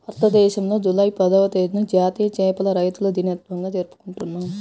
భారతదేశంలో జూలై పదవ తేదీన జాతీయ చేపల రైతుల దినోత్సవంగా జరుపుకుంటున్నాం